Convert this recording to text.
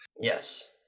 Yes